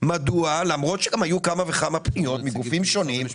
למרות שהיו כמה וכמה פניות מגופים שונים.